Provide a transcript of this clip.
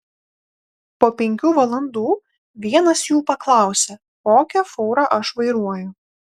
po penkių valandų vienas jų paklausė kokią fūrą aš vairuoju